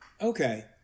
Okay